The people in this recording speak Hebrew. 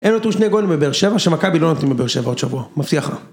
הם נתנו שני גולם בבאר שבע, שמכבי לא נותנים בברא שבע עוד שבוע, מבטיח לך.